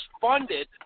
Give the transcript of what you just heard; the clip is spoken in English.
funded